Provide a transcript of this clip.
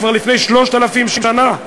כבר לפני 3,000 שנה,